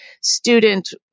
student